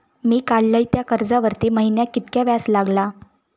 मी काडलय त्या कर्जावरती महिन्याक कीतक्या व्याज लागला?